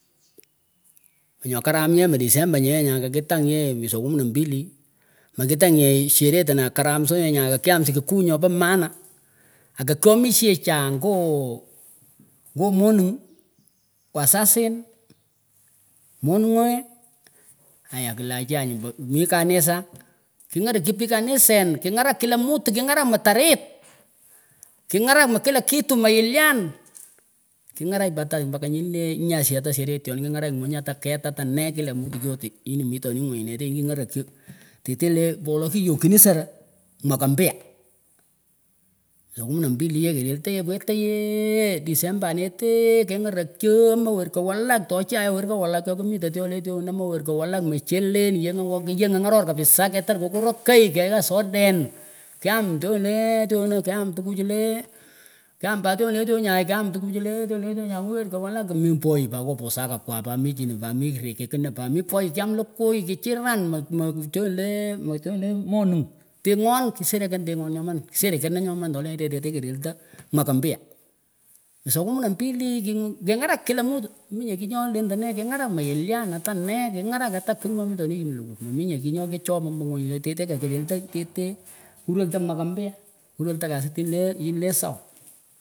Nyoh karam yeh meh december yeh nyan katikitangyen mweswa kumi na mbi mekitangnyeh sherehe tanah karam sonyeh nyah kakyam sikuku nyopah maana akakyomishechah aah ngooh ngoh moningh wasasin moninghe itayah kiah achahnyuh pa mih kanisa kingerak chi pih kanisa kingarak kila mtu kingarak muh tarit kingarak mah kila kitu mah yilyan kinyanyarak pat mpaka nyiniileh nyasi atah seretyon kingarak nyungah ata ket atah neh kila mtu yote hii nyinih mitonih ngunyiteneh kingarakchi teteh leh mbolo kiyokchinin sehah mwaka mpyah mweswa kumi na mbili yeh kereltah weteyehh hh december neteeeeh kengarakchi omah werka walak to chiaeh werkan walak chokimitah tyonale tyonah amah werka walak mchelen yengoh yengah ngaror kabisa ketar kokorochegh kegha soden kyum tyondeh tyonah kyam tukuchu leh kyam pat chon le chonay kyam tukuchu le tyonieh tyo nyay mih werkah walak mih poyiy pat ngoh pusaa kakwah pa michinih pat mireteekenah pat mih poyiy kyam lekoy kichiran moh moh chonleh mon chonleh moning tengon kishirikan tengon nyoman sherekena nyoman tolenyeteh kereltah mwaka mpya mweswah kumi na mbili kin kingarak atah kingarak atoh kigh nyo mitoni yi mlewur meminyeh kigh nyokichop ambangunyineteh teteh kerelta teteh kureltah kigh nyokihchop ambangunyineteh teteh kureltah mwaka mpya kureltah kasin tinleh nyinle sawa.